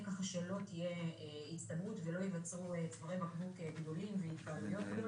כך שלא תהיה הצטברות ולא ייווצרו צווארי בקבוק גדולים והתקהלויות גדולות.